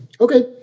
Okay